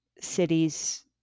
cities